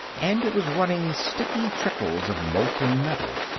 and it was running sticky trickles of molten metal.